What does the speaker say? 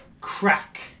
crack